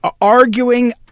arguing